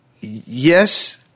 Yes